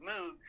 mood